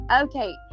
okay